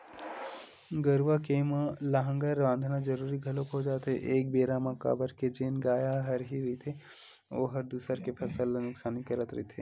गरुवा के म लांहगर बंधाना जरुरी घलोक हो जाथे एक बेरा म काबर के जेन गाय ह हरही रहिथे ओहर दूसर के फसल ल नुकसानी करत रहिथे